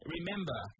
Remember